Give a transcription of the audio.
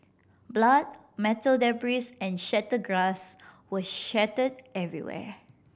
blood metal debris and shatter glass were shatter every where